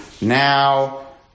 now